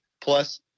plus